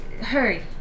hurry